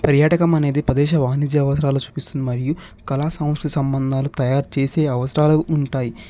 పర్యాటకం అనేది ప్రదేశ వాణిజ్య అవసరాలు చూపిస్తుంది మరియు కళా సమస్య సంబంధాలు తయారు చేసే అవసరాలు ఉంటాయి